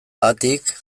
haatik